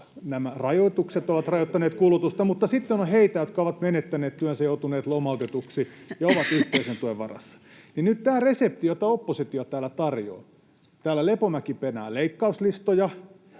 nämä rajoitukset ovat rajoittaneet kulutusta, mutta sitten on heitä, jotka ovat menettäneet työnsä tai joutuneet lomautetuiksi ja ovat yhteisen tuen varassa. Nyt tämä resepti, jota oppositio täällä tarjoaa, on sellainen, että täällä Lepomäki penää leikkauslistoja